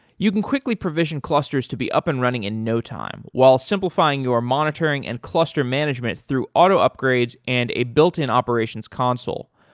you can quickly provision clusters to be up and running in no time while simplifying your monitoring and cluster management through auto upgrades and a built-in operations console.